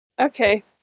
okay